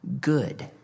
good